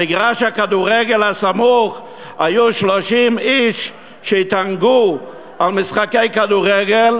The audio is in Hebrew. במגרש הכדורגל הסמוך היו 30 איש שהתענגו על משחקי כדורגל,